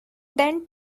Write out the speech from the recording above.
than